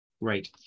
Right